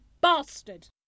bastard